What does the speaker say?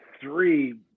three